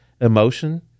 Emotion